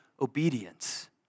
obedience